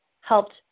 helped